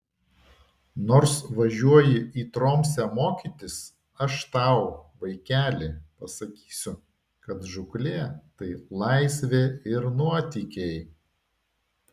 nors važiuoji į tromsę mokytis aš tau vaikeli pasakysiu kad žūklė tai laisvė ir nuotykiai